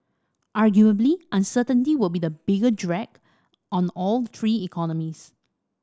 arguably uncertainty would be a bigger drag on all three economies